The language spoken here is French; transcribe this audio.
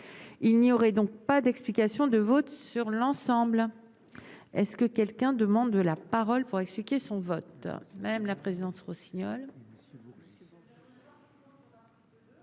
il n'y aurait donc pas d'explication de vote sur l'ensemble, est ce que quelqu'un demande la parole pour expliquer son vote.